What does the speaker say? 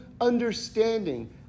understanding